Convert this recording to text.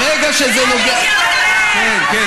ברגע שזה נוגע, כן, כן.